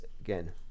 again